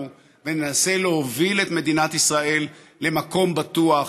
וננסה להוביל את מדינת ישראל למקום בטוח,